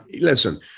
listen